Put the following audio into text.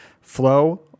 flow